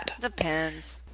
Depends